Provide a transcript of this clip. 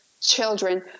children